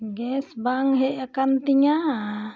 gas ᱵᱟᱝ ᱦᱮᱡ ᱟᱠᱟᱱ ᱛᱤᱧᱟᱹ